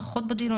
נוכחות בדיון,